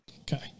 okay